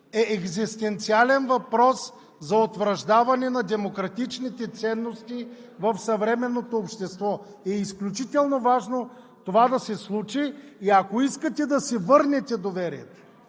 е екзистенциален въпрос за утвърждаване на демократичните ценности в съвременното общество и е изключително важно това да се случи. И ако искате да си върнете доверието